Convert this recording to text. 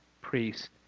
priest